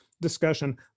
discussion